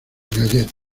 galletas